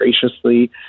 graciously